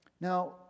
Now